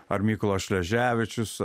ar mykolas šleževičius